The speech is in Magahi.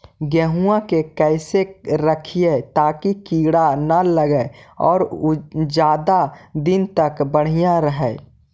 गेहुआ के कैसे रखिये ताकी कीड़ा न लगै और ज्यादा दिन तक बढ़िया रहै?